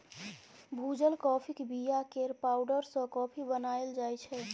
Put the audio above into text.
भुजल काँफीक बीया केर पाउडर सँ कॉफी बनाएल जाइ छै